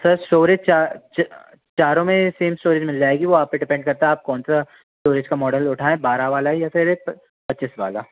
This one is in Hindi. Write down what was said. सर इस्टोरेज चार चारों में सेम इस्टोरेज मिल जाएगी वो आप पर डिपेंड करता है आप कौन सा इस्टोरेज का मॉडल उठाएं बारह वाला या फिर पच्चीस वाला